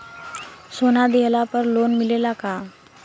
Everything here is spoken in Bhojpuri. सोना दिहला पर लोन मिलेला का?